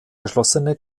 geschlossene